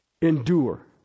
endure